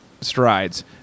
strides